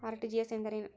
RTGS ಎಂದರೇನು?